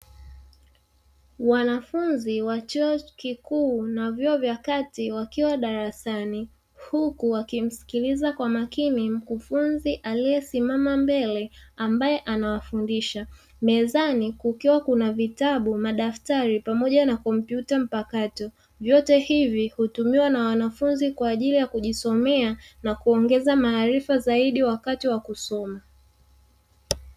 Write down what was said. Wanafunzi wa chuo kikuu na chuo cha kati wakiwa darasani, huku wakimsikiliza kwa makini mkufunzi aliyesimama mbele ambaye anawafundisha. Mezani kukiwa na: vitabu, madaftari pamoja na kompyuta mpakato. Vyote hivi hutumiwa na wanafunzi kwa ajili ya kujisomea na kuongeza maarifa zaidi wakati wa kusoma.